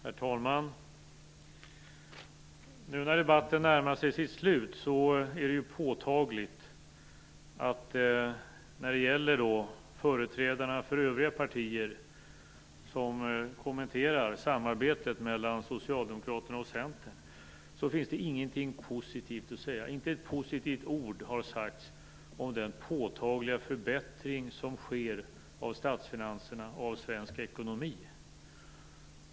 Herr talman! Nu när debatten närmar sig sitt slut är det påtagligt att när det gäller företrädarna för övriga partier som kommenterar samarbetet mellan Socialdemokraterna och Centern finns det ingenting positivt att säga, inte ett positivt ord har sagts om den påtagliga förbättring som sker av statsfinanserna och av svensk ekonomi.